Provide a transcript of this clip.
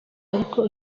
ariko